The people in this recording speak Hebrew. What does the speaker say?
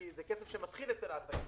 כי זה כסף שמתחיל אצל העסקים,